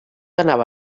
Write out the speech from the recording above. anava